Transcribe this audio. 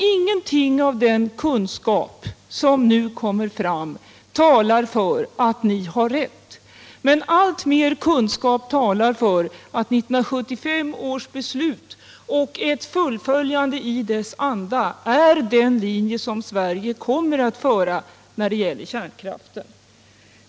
Ingenting av den kunskap som nu kommer fram talar för att ni haft rätt, men alltmer kunskap talar för att 1975 års beslut och ett fullföljande i dess anda är den linje som Sverige kommer att följa när det gäller kärnkraften.